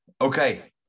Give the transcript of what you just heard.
okay